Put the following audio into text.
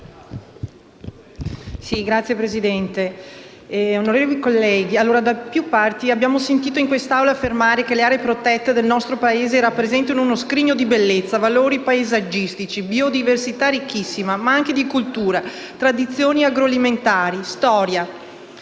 Signor Presidente, onorevoli colleghi, da più parti abbiamo sentito affermare in quest'Assemblea che le aree protette nel nostro Paese rappresentino uno scrigno di bellezza, valori paesaggistici, biodiversità ricchissima, ma anche di cultura, tradizioni agroalimentari, storia.